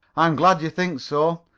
i am glad you think so.